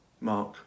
Mark